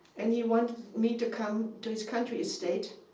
and he wanted me to come to his country estate.